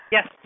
Yes